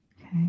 Okay